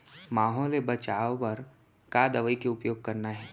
माहो ले बचाओ बर का दवई के उपयोग करना हे?